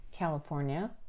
California